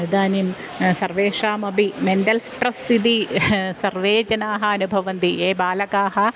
इदानीं सर्वेषामपि mental stress इति ह् सर्वे जनाः अनुभवन्ति ये बालकाः